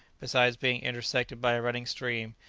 besides being intersected by a running stream,